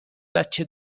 بچه